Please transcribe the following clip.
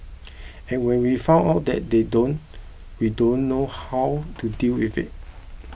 and when we found out that they don't we don't know how to deal with it